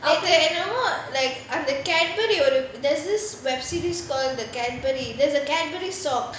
நேத்து என்னமோ:nethu ennamo like அந்த:antha Cadbury அந்த:antha there's this web series called the Cadbury there's a Cadbury song